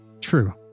true